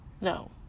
No